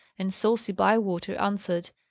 and saucy bywater answered.